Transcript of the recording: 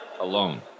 alone